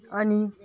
आणि